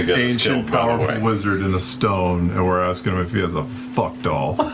um ancient, powerful wizard in a stone and we're asking him if he has a fuck doll.